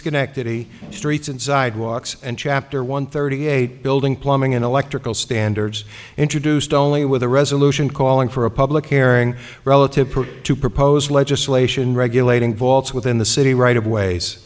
schenectady streets and sidewalks and chapter one thirty eight building plumbing and electrical standards introduced only with a resolution calling for a public airing relative to proposed legislation regulating vaults within the city right of ways